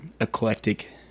eclectic